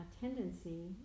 tendency